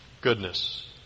goodness